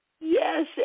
Yes